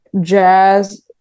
jazz